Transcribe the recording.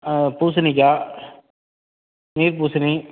ஆ பூசணிக்காய் நீர் பூசணி